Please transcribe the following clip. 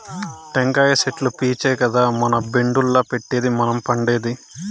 టెంకాయ చెట్లు పీచే కదా మన బెడ్డుల్ల పెట్టేది మనం పండేది